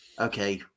okay